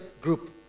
group